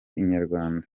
inyarwanda